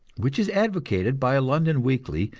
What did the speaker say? which is advocated by a london weekly,